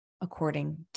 according